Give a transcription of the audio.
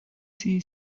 sie